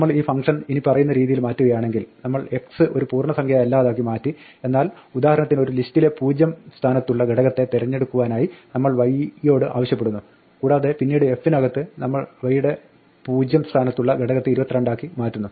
നമ്മൾ ഈ ഫംഗ്ഷൻ ഇനിപ്പറയുന്ന രീതിയിൽ മാറ്റുകയാണെങ്കിൽ നമ്മൾ x ഒരു പൂർണ്ണസംഖ്യയല്ലാതാക്കി മാറ്റി എന്നാൽ ഉദാഹരണത്തിന് ഒരു ലിസ്റ്റിലെ പൂജ്യം സ്ഥാനത്തുള്ള ഘടകത്തെ തെരെഞ്ഞെടുക്കുവാനായി നമ്മൾ y യോട് ആവശ്യപ്പെടുന്നു കൂടാതെ പിന്നീട് f നകത്ത് നമ്മൾ x ന്റെ പൂജ്യം സ്ഥാനത്തുള്ള ഘടകത്തെ 22 ആക്കി മാറ്റുന്നു